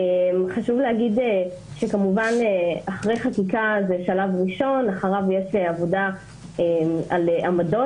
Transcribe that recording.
חשוב להגיד שכמובן אחרי חקיקה זה שלב ראשון יש עבודה על עמדות